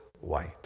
white